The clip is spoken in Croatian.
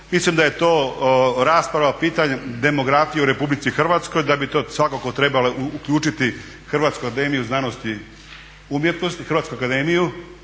mislim da je to rasprava pitanje demografije u RH da bi to svakako trebalo uključiti Hrvatsku akademiju znanosti i umjetnosti.